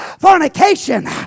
fornication